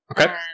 Okay